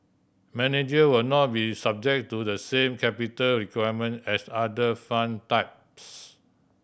manager will not be subject to the same capital requirement as other fund types